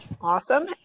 awesome